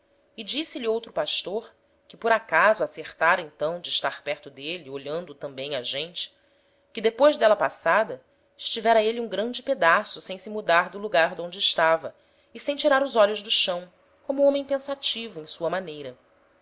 e disse-lhe outro pastor que por acaso acertára então de estar perto d'êle olhando tambem a gente que depois d'éla passada estivera êle um grande pedaço sem se mudar do lugar d'onde estava e sem tirar os olhos do chão como homem pensativo em sua maneira